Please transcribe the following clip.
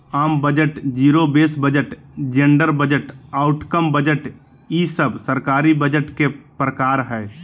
आम budget, zero base budget, gender budget, outcome budget ई सब सरकारी बजट के प्रकार हय